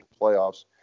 playoffs